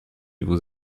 vous